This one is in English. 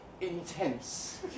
intense